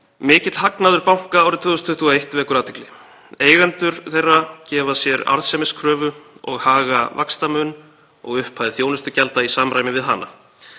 „Mikill hagnaður banka árið 2021 vekur athygli. Eigendur þeirra gefa sér arðsemiskröfu og haga vaxtamun og upphæð þjónustugjalda í samræmi við hana.